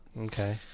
okay